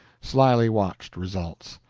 slyly watched results.